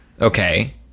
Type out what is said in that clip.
Okay